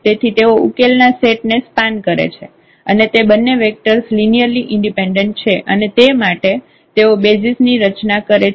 તેથી તેઓ ઉકેલના સેટ ને સ્પાન કરે છે અને તે બંને વેક્ટર્સ લિનિયરલી ઈન્ડિપેન્ડેન્ટ છે અને તે માટે તેઓ બેસિઝ ની રચના કરે છે